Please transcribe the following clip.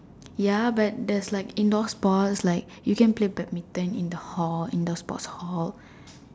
ya but there's like indoor sports like you can play badminton in the hall in the sports hall